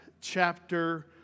chapter